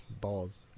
balls